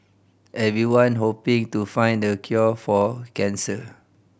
everyone hoping to find the cure for cancer